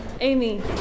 Amy